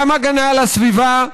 גם הגנה על הסביבה,